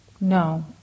no